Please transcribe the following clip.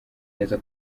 neza